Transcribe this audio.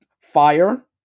Fire